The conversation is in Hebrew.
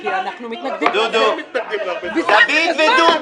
תמכור צעצועים --- דודו, תודה.